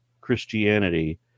christianity